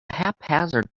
haphazard